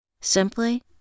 Simply